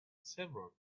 several